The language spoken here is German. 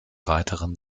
weiteren